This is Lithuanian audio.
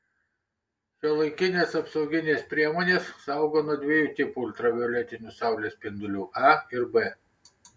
šiuolaikinės apsauginės priemonės saugo nuo dviejų tipų ultravioletinių saulės spindulių a ir b